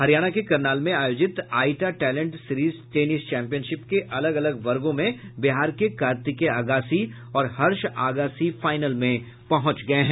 हरियाण के करनाल में आयोजित AITA talent series tennis championship के अलग अलग वर्गों में बिहार के कार्तिकेय अगासी और हर्ष अगासी फाइनल में पहुंच गये हैं